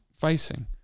facing